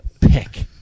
pick